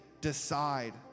decide